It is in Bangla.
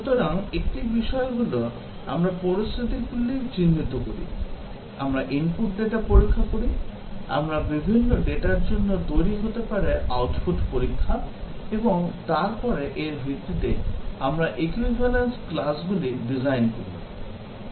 সুতরাং একটি বিষয় হল আমরা পরিস্থিতিগুলি চিহ্নিত করি আমরা ইনপুট ডেটা পরীক্ষা করি আমরা বিভিন্ন ডেটার জন্য তৈরি হতে পারে আউটপুট পরীক্ষা এবং তারপরে এর ভিত্তিতে আমরা equivalence classগুলি ডিজাইন করি